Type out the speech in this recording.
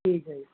ਠੀਕ ਆ ਜੀ